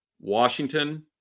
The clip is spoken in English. Washington